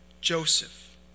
Joseph